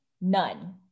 None